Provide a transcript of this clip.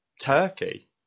turkey